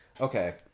okay